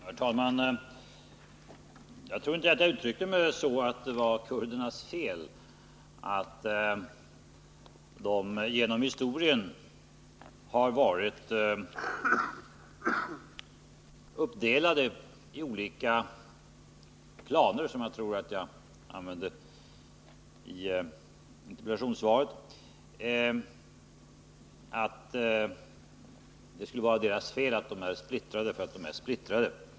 Herr talman! Jag tror inte att jag i interpellationssvaret uttryckte mig så att det var kurdernas fel att de genom historien varit uppdelade i olika klaner och att det skulle vara deras fel att de är splittrade.